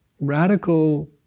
radical